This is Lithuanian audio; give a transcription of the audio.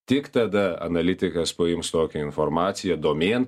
tik tada analitikas paims tokią informaciją domėn